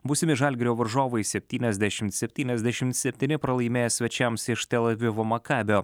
būsimi žalgirio varžovai septyniasdešimt septyniasdešimt septyni pralaimėjo svečiams iš tel avivo makabio